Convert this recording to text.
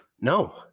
no